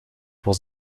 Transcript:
was